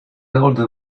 older